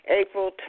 April